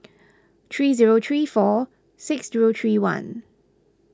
three zero three four six zero three one